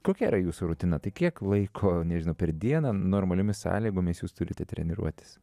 kokia yra jūsų rutina tai kiek laiko nežinau per dieną normaliomis sąlygomis jūs turite treniruotis